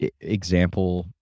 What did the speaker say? Example